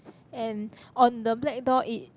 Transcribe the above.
and on the black door it